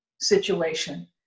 situation